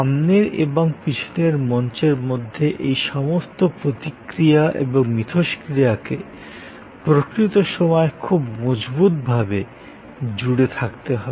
সামনের এবং পিছনের মঞ্চের মধ্যে এই সমস্ত প্রতিক্রিয়া এবং ইন্টারঅ্যাকশনকে প্রকৃত সময়ে খুব মজবুত ভাবে জুড়ে থাকতে হবে